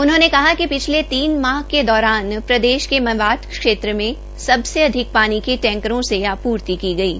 उन्होंने कहा कि पिछले तीन माह के दौरान प्रदेश के मेवात क्षेत्र में सबसे अधिक पानी के टैंकरों से आपूर्ति की गई है